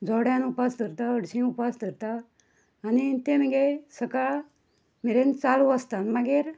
जोड्यान उपास धरता हरशीं उपास धरता आनी ते मगीर सकाळ मेरेन चालू आसता मागीर